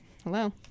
Hello